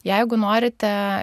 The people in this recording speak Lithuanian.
jeigu norite